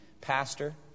pastor